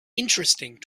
interesting